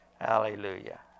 Hallelujah